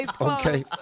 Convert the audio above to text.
Okay